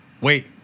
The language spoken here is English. Wait